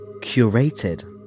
curated